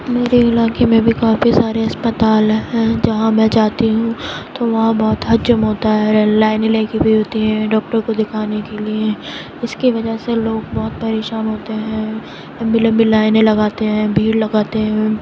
میرے علاقے میں بھی کافی سارے اسپتال ہیں جہاں میں جاتی ہوں تو وہاں بہت حجوم ہوتا ہے لائنیں لگی ہوئی ہوتی ہیں ڈاکٹر کو دکھانے کے لیے اس کی وجہ سے لوگ بہت پریشان ہوتے ہیں لمبی لمبی لائنیں لگاتے ہیں بھیڑ لگاتے ہیں